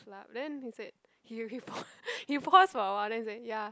club then he said he he pause he pause for awhile then he said ya